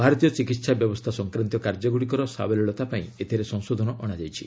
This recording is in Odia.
ଭାରତୀୟ ଚିକିତ୍ସ ବ୍ୟବସ୍ଥା ସଂକ୍ରାନ୍ତୀୟ କାର୍ଯ୍ୟଗୁଡ଼ିକର ସାବଲୀଳତାପାଇଁ ଏଥିରେ ସଂଶୋଧନ ଅଣାଯାଇଛି